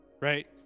right